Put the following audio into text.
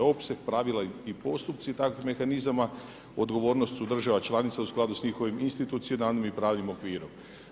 Opseg pravila i postupci takvih mehanizama odgovornost su država članica u skladu s njihovim institucionarnim i pravnim okvirom.